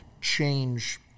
change